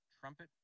trumpet